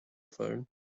phone